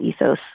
ethos